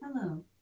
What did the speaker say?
hello